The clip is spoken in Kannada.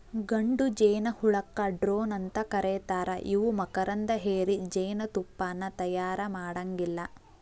ಗಂಡು ಜೇನಹುಳಕ್ಕ ಡ್ರೋನ್ ಅಂತ ಕರೇತಾರ ಇವು ಮಕರಂದ ಹೇರಿ ಜೇನತುಪ್ಪಾನ ತಯಾರ ಮಾಡಾಂಗಿಲ್ಲ